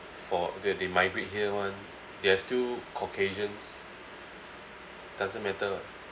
for the they migrate here [one] they're still caucasians doesn't matter [what]